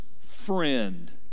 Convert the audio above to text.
friend